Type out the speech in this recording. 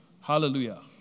Hallelujah